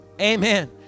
Amen